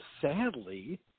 sadly